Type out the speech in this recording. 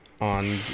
on